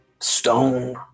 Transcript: stone